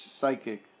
psychic